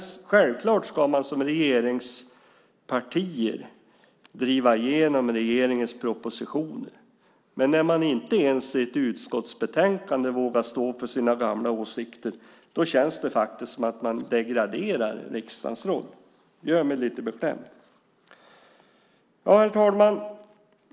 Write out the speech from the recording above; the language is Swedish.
Självfallet ska man som regeringsparti driva igenom regeringens propositioner. Men när man inte ens i ett utskottsbetänkande vågar stå för sina gamla åsikter känns det som om man degraderar riksdagens roll. Det gör mig lite beklämd. Herr talman!